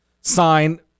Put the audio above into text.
sign